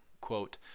quote